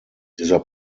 dieser